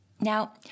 Now